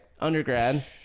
undergrad